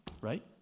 right